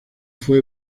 fue